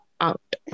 out